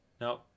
No